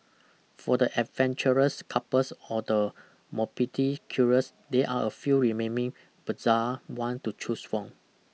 for the adventurous couples or the morbidly curious there are a few remaining bizarre one to choose from